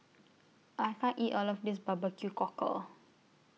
I can't eat All of This B B Q Cockle